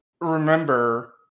remember